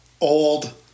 Old